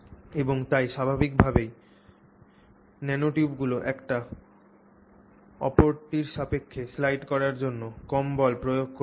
এবং তাই স্বাভাবিক ভাবেই ন্যানোটিউবগুলি একটি অপরটির সাপেক্ষে স্লাইড করার জন্য কম বল প্রয়োগ করলেই হয়